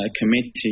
Committee